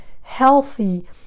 healthy